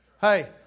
Hey